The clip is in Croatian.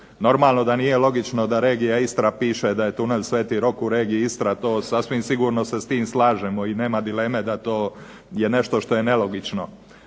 Normalno da nije logično da regija Istra piše da je tunel sv. Rok u regiji Istra. To sasvim sigurno se s tim slažemo i nema dileme da to je nešto što je nelogično.